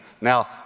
Now